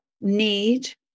need